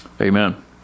Amen